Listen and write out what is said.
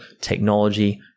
technology